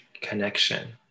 connection